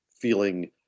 feeling